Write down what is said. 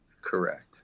Correct